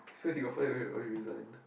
so he got fired or he or he resigned